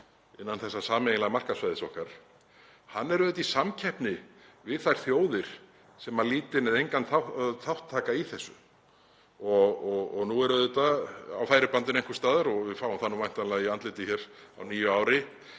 innan þessa sameiginlega markaðssvæðis okkar, er auðvitað í samkeppni við þær þjóðir sem lítinn eða engan þátt taka í þessu. Nú er auðvitað á færibandinu einhvers staðar, og við fáum það væntanlega í andlitið hér á nýju ári,